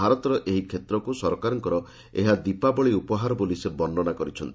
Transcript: ଭାରତର ଏହି କ୍ଷେତ୍ରକୁ ସରକାରଙ୍କର ଏହା ଦୀପାବଳି ଉପହାର ବୋଲି ସେ ବର୍ଷନା କରିଛନ୍ତି